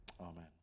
Amen